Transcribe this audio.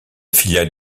filiale